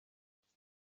rwanda